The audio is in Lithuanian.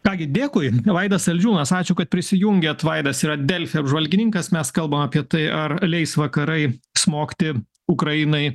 ką gi dėkui vaidas saldžiūnas ačiū kad prisijungėt vaidas yra delfi apžvalgininkas mes kalbam apie tai ar leis vakarai smogti ukrainai